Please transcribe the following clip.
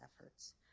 efforts